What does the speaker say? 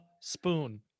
spoon